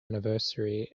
anniversary